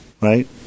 Right